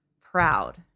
proud